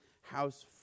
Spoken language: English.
house